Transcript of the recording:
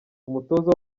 umutoza